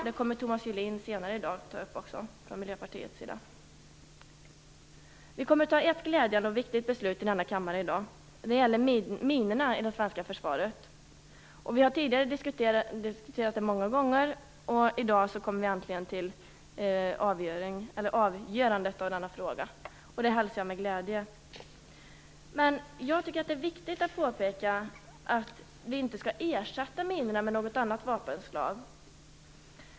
Det kommer Thomas Julin från Miljöpartiet också att ta upp senare i dag. Vi kommer att fatta ett glädjande och viktigt beslut i denna kammare i dag. Det gäller minorna i det svenska försvaret. Vi har tidigare diskuterat det många gånger och i dag kommer vi äntligen till avgörande i denna fråga. Det hälsar jag med glädje. Men jag tycker att det är viktigt att påpeka att vi inte skall ersätta minorna med något annat vapenslag.